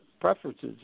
preferences